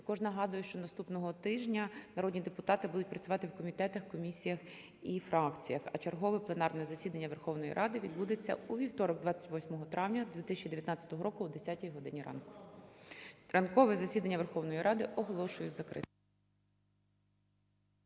Також нагадую, що наступного тижня народні депутати будуть працювати в комітетах, комісіях і фракціях, а чергове пленарне засідання Верховної Ради відбудеться у вівторок, 28 травня 2019 року о 10 годині ранку. Ранкове засідання Верховної Ради оголошую закритим.